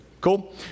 Cool